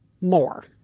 more